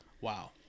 wow